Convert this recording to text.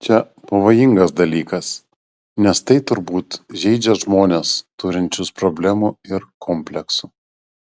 čia pavojingas dalykas nes tai turbūt žeidžia žmones turinčius problemų ir kompleksų